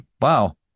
Wow